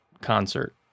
concert